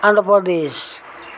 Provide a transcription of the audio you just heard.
Andhra Pradesh